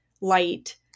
light